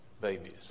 babies